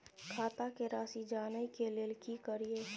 खाता के राशि जानय के लेल की करिए?